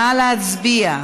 נא להצביע.